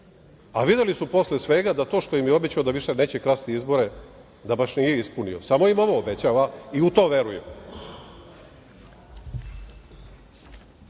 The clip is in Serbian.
a videli su posle svega da to što im je obećao da više neće krasti izbore da baš nije ispunio, samo im ovo obećava, i u to veruju. Na